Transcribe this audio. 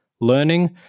learning